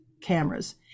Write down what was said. cameras